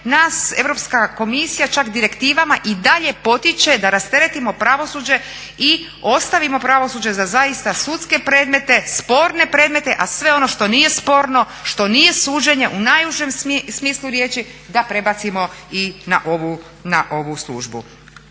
nas Europska komisija čak direktivama i dalje potiče da rasteretimo pravosuđe i ostavimo pravosuđe za zaista sudske predmete, sporne predmete a sve ono što nije sporno, što nije suđenje u najužem smislu riječi da prebacimo i ovu službu.